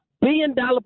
billion-dollar